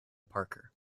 parker